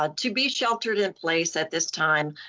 ah to be sheltered in place at this time,